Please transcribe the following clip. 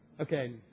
Okay